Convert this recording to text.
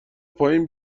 پایین